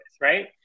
right